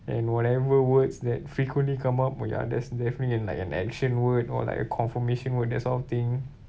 and whatever words that frequently come up oh ya there's definitely an like an action word or like a confirmation word that sort of thing